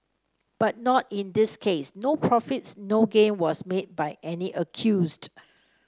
but not in this case no profits no gain was made by any accused